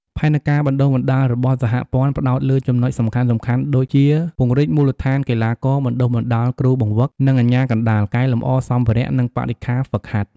ផែនការបណ្តុះបណ្តាលរបស់សហព័ន្ធផ្តោតលើចំណុចសំខាន់ៗដូចជា ពង្រីកមូលដ្ឋានកីឡាករ បណ្តុះបណ្តាលគ្រូបង្វឹក និងអាជ្ញាកណ្តាល កែលម្អសម្ភារៈ និងបរិក្ខារហ្វឹកហាត់ ។